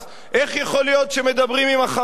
איך יכול להיות שמדברים עם ה"חמאס"?